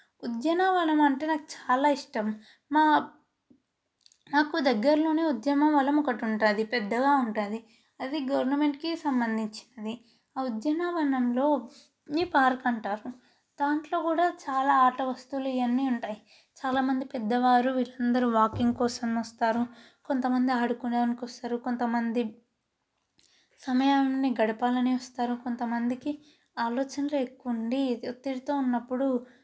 ఉద్యానవనం అంటే నాకు చాలా ఇష్టం మా మాకు దగ్గర్లోనే ఉద్యానవనం ఒకటి ఉంటుంది పెద్దగా ఉంటుంది అది గవర్నమెంట్కి సంబంధించింది ఆ ఉద్యానవనంలో ఇది పార్క్ అంటారు దాంట్లో కూడా చాలా ఆట వస్తువులు ఇవన్నీ ఉంటాయి చాలామంది పెద్దవారు అందరూ వాక్యం కోసం వస్తారు కొంతమంది ఆడుకునే దానికి వస్తారు కొంతమంది సమయాన్ని గడపాలని వస్తారు కొంతమందికి ఆలోచనలు ఎక్కువ ఉంది ఒత్తిడితో ఉన్నప్పుడు